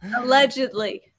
Allegedly